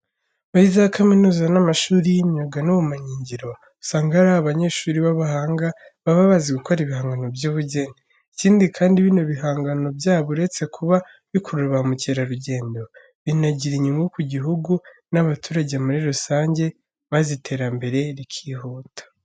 Muri za kaminuza n'amashuri y'imyuga n'ubumenyingiro, usanga haba hari abanyeshuri b'abahanga baba bazi gukora ibihangano by'ubugeni. Ikindi kandi, bino bihangano byabo uretse kuba bikurura ba mukerarugendo binagira inyungu ku gihugu n'abaturage muri rusange, maze iterambere rikihuta.